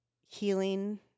healing